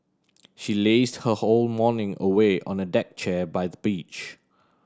she lazed her whole morning away on a deck chair by the beach